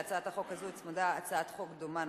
להצעת החוק הזאת צמודה הצעת חוק דומה,